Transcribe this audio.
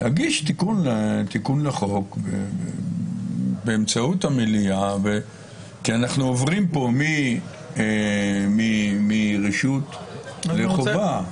להגיש תיקון לחוק באמצעות המליאה כי אנחנו עוברים פה מרשות לחובה.